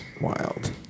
Wild